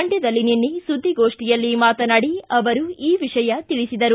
ಮಂಡ್ಯದಲ್ಲಿ ನಿನ್ನೆ ಸುದ್ದಿಗೋಷ್ಠಿಯಲ್ಲಿ ಮಾತನಾಡಿ ಅವರು ಈ ವಿಷಯ ತಿಳಿಸಿದರು